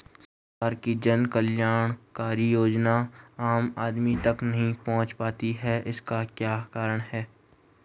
सरकार की जन कल्याणकारी योजनाएँ आम आदमी तक नहीं पहुंच पाती हैं इसका क्या कारण है?